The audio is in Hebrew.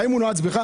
האם הוא נועץ בך?